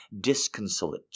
disconsolate